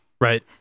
right